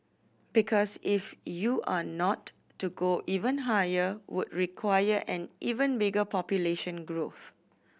because if you are not to go even higher would require an even bigger population growth